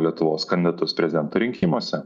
lietuvos kandidatus prezidento rinkimuose